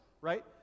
right